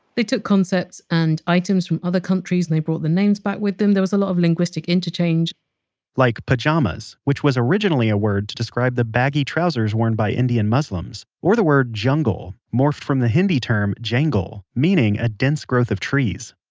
they took concepts and items from other countries, and they brought the names back with them. there was a lot of linguistic interchange like pajamas, which was originally a word to describe the baggy trousers worn by indian muslims. or the word jungle, morphed from the hindi term jangal, meaning a dense growth of trees